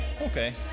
Okay